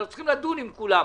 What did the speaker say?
אנחנו צריכים לדון עם כולם.